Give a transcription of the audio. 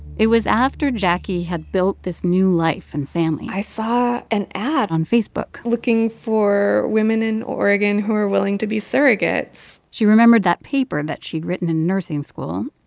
it was after jacquie had built this new life and family. i saw an ad. on facebook. looking for women in oregon who were willing to be surrogates she remembered that paper that she'd written in nursing school.